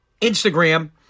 Instagram